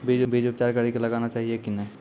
बीज उपचार कड़ी कऽ लगाना चाहिए कि नैय?